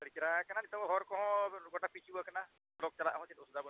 ᱟᱹᱰᱤ ᱪᱮᱨᱦᱟ ᱠᱟᱱᱟ ᱱᱤᱛᱳᱜ ᱦᱚᱨ ᱠᱚᱦᱚᱸ ᱜᱚᱴᱟ ᱯᱤᱪ ᱟᱠᱟᱱᱟ ᱵᱚᱞᱚᱠ ᱪᱟᱞᱟᱜ ᱦᱚᱸ ᱪᱮᱫ ᱚᱥᱩᱵᱤᱫᱟ ᱵᱟᱹᱱᱩᱜᱼᱟ